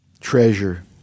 Treasure